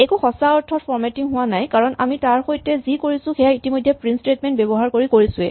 একো সচাঁ অৰ্থত ফৰমেটিং হোৱা নাই কাৰণ আমি তাৰ সৈতে যি কৰিছো সেয়া ইতিমধ্যে প্ৰিন্ট স্টেটমেন্ট ব্যৱহাৰ কৰি কৰিছোৱেই